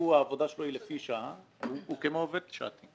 שהעבודה שלו לפי שעה, הוא כמו עובד שעתי.